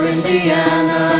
Indiana